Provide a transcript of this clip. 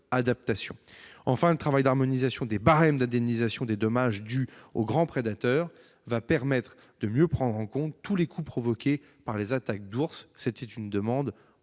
Enfin, le travail d'harmonisation des barèmes d'indemnisation des dommages dus aux grands prédateurs permettra de mieux prendre en compte tous les coûts provoqués par les attaques d'ours. Il s'agit là d'une demande